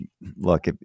look